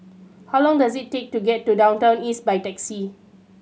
how long does it take to get to Downtown East by taxi